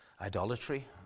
idolatry